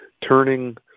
turning